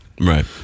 Right